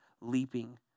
leaping